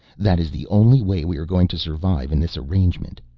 that is the only way we are going to survive in this arrangement.